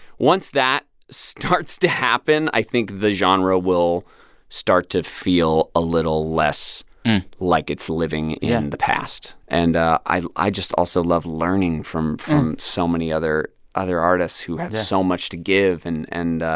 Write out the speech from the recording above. once that starts to happen, i think the genre will start to feel a little less like it's living in the past. and i i just also love learning from so many other other artists who have so much to give and and